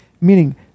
Meaning